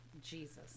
Jesus